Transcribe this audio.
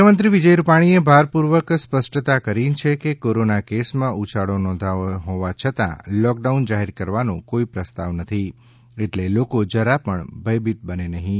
મુખ્યમંત્રી વિજય રૂપાણીએ ભારપૂર્વક સ્પષ્ટતા કરી છે કે કોરોના કેસમાં ઉછાળો નોંધાયો હોવા છતાં લોકડાઉન જાહેર કરવાનો કોઈ પ્રસ્તાવ નથી એટલે લોકો જરાય ભયભીત બને નહીં